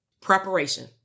Preparation